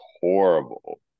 horrible